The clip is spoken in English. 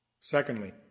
Secondly